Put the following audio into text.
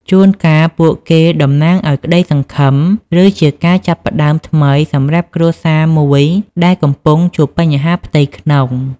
ជួនកាលពួកគេតំណាងឱ្យក្តីសង្ឃឹម ឬជាការចាប់ផ្ដើមថ្មីសម្រាប់គ្រួសារមួយដែលកំពុងជួបបញ្ហាផ្ទៃក្នុង។